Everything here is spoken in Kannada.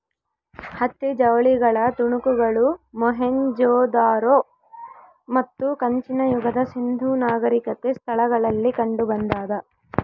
ಹತ್ತಿ ಜವಳಿಗಳ ತುಣುಕುಗಳು ಮೊಹೆಂಜೊದಾರೋ ಮತ್ತು ಕಂಚಿನ ಯುಗದ ಸಿಂಧೂ ನಾಗರಿಕತೆ ಸ್ಥಳಗಳಲ್ಲಿ ಕಂಡುಬಂದಾದ